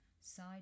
side